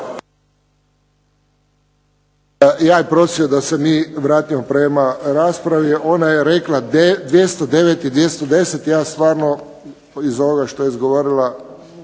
Ja bih prosio da se mi vratimo prema raspravi, ona je rekla 209. i 210. i ja stvarno o ovome što je izgovorila